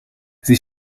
sie